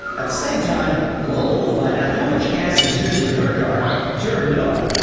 at the same time lola will find out how much gas is used with her car turned off.